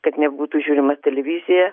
kad nebūtų žiūrima televizija